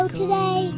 today